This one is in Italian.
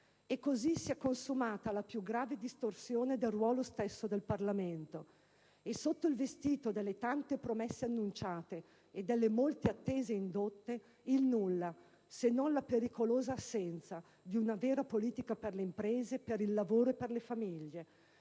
E così si è consumata la più grave distorsione del ruolo stesso del Parlamento, e sotto il vestito delle tante permesse annunciate e delle molte attese indotte, il nulla, se si esclude la pericolosa assenza di una vera politica per le imprese, per il lavoro e per le famiglie,